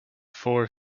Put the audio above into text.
four